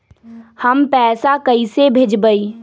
हम पैसा कईसे भेजबई?